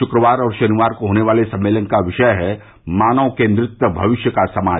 शुक्रवार और शनिवार को होने वाले सम्मेलन का विषय है मानव केन्द्रित भविष्य का समाज